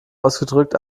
ausgedrückt